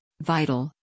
vital